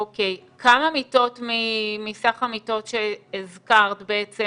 אוקיי, כמה מיטות מסך המיטות שהזכרת בעצם